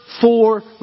four